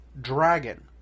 dragon